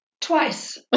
Twice